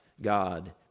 god